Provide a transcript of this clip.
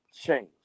change